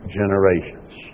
generations